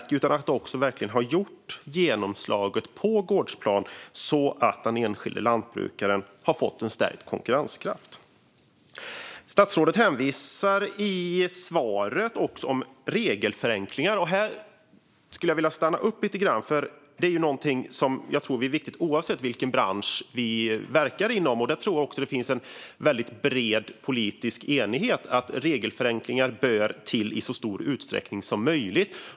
Jag undrar alltså om man kan se att de har fått genomslag på gårdsplanen, så att den enskilde lantbrukaren har fått en stärkt konkurrenskraft. Statsrådet hänvisar i svaret till regelförenklingar. Här skulle jag vilja stanna upp lite grann. Detta är ju något som är viktigt oavsett vilken bransch man verkar inom. Jag tror också att det finns en bred politisk enighet om att regelförenklingar bör ske i så stor utsträckning som möjligt.